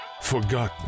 Forgotten